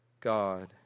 God